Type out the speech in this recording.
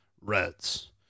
Reds